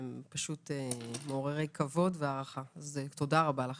זה מעורר כבוד והערכה אז תודה רבה לכם.